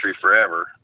forever